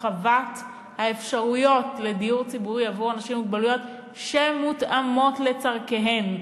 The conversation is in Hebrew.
הרחבת האפשרויות לדיור ציבורי עבור אנשים עם מוגבלויות שמותאם לצורכיהם.